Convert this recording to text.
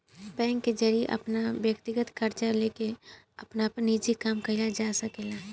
bank के जरिया से अपन व्यकतीगत कर्जा लेके आपन निजी काम कइल जा सकेला